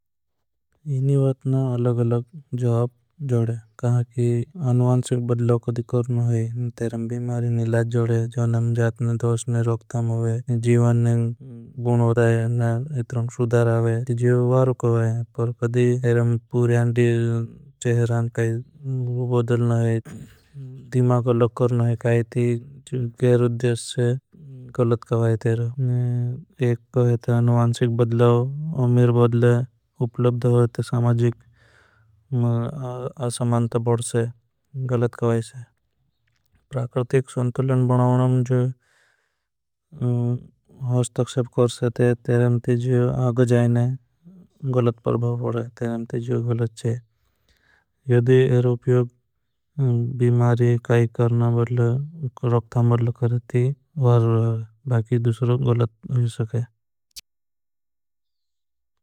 मैनी वातना अलग अलग जवाब जोड़े। कि अनुवान्सिक बदलाव कदी करनो है। भीमारीन इलाज जोड़े नम जातने दोस्टने। रोक थाम होई जीवन मे। गुण होधा है सुधाराव है जीवन वारो कोई है। कदी एरं पुर्यांडी चेहरां काई बदल नहीं है कल। कर नहीं काई है गेर उद्देश। से गलत करवा है तेर को है ता अनुवान्सिक। बदलाव अमिर बदल है होई ते सामाजिक। आसमानत बड़ से गलत। करवा है संतुलन बनावनं। जो हस्तक्षेप कर से थे तेरं ते जो आगजाईने। गलत परभाव होड़ा है ते जो गलत चेह एर। उप्योग बिमारी काई करना बदल रोक्था बदल। करती वार बाईकी दूसरों गलत होई सके।